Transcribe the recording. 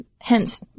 hence